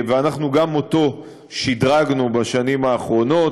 גם אותו שדרגנו בשנים האחרונות,